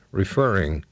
referring